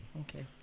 Okay